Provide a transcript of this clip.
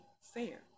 fair